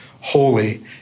holy